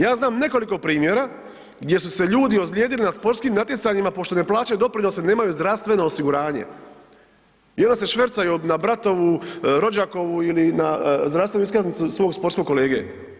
Ja znam nekoliko primjera gdje su se ljudi ozljedili na sportskim natjecanjima, pošto ne plaćaju doprinose, nemaju zdravstveno osiguranje i onda se švercaju na bratovu, rođakovu ili na zdravstvenu iskaznicu svog sportskog kolege.